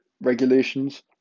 regulations